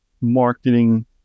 marketing